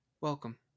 Welcome